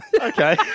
Okay